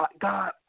God